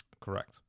Correct